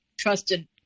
trusted